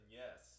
yes